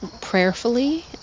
prayerfully